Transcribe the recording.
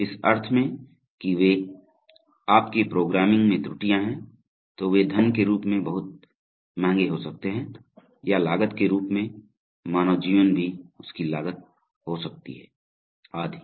इस अर्थ में कि वे आपके प्रोग्रामिंग में त्रुटियां हैं तो वे धन के रूप में बहुत महंगा हो सकता है या लागत के रूप में मानव जीवन भी उसकी लागत हो सकता है आदि